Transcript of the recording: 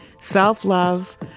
self-love